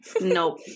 nope